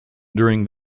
during